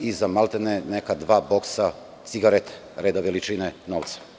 i za maltene neka dva boksa cigareta reda veličine novca.